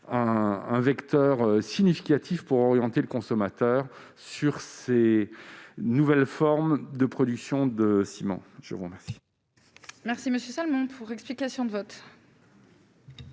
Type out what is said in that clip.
un vecteur significatif pour orienter le consommateur sur ces nouvelles formes de production de ciment. La parole est à M. Daniel Salmon, pour explication de vote.